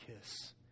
kiss